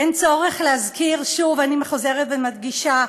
אין צורך להזכיר שוב, אני חוזרת ומדגישה,